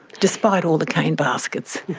despite all the cane baskets.